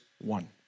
one